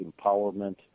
empowerment